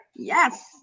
Yes